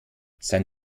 sein